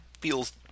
feels